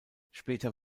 später